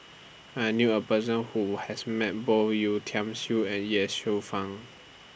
I knew A Person Who has Met Both Yeo Tiam Siew and Ye Shufang